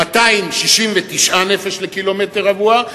269 נפש לקילומטר רבוע,